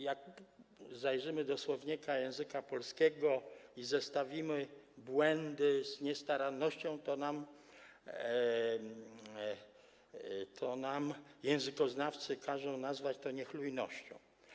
Jak zajrzymy do słownika języka polskiego i zestawimy błędy z niestarannością, to nam językoznawcy każą nazwać to niechlujnością.